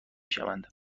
شوند